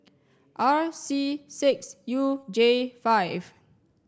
R C six U J five